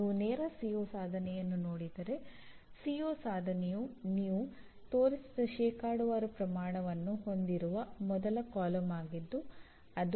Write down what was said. ಇದು civil engineering ಪ್ರೋಗ್ರಾಂನ ಒಂದು ಪ್ರೋಗ್ರಾಮ್ ನಿರ್ದಿಷ್ಟ ಪರಿಣಾಮವಾಗಿದೆ